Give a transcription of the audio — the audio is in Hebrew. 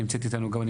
ונמצאת איתנו גם בזום,